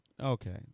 okay